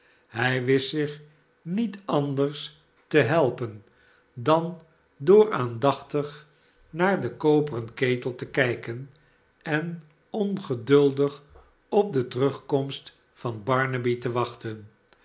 hij wist zich met anders te helpen dan door aandachtig naar den koperen ketel te kijken en ongeduldig op de terugkomst van barnaby te wachten